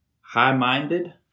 high-minded